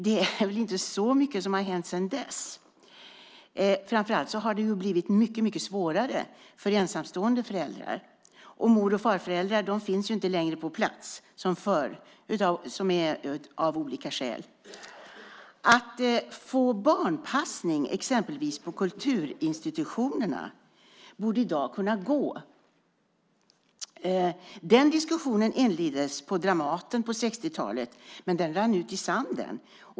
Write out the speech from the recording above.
Det är väl inte så mycket som har hänt sedan dess. Framför allt har det blivit mycket svårare för ensamstående föräldrar. Mor och farföräldrar finns av olika skäl inte längre på plats som förr. Det borde i dag kunna gå att få barnpassning på exempelvis kulturinstitutionerna. Den diskussionen inleddes på Dramaten på 60-talet, men den rann ut i sanden.